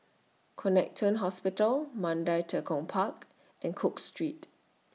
Connexion Hospital Mandai Tekong Park and Cook Street